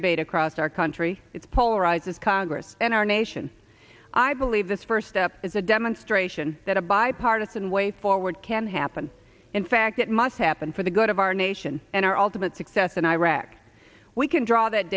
debate across our country its polarizes congress and our nation i believe this first step is a demonstration that a bipartisan way forward can happen in fact it must happen for the good of our nation and our ultimate success in iraq we can draw that